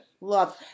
Love